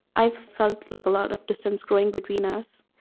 i felt like a lot of distance growing between us